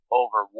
over